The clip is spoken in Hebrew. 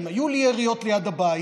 אם היו לי יריות ליד הבית,